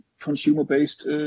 consumer-based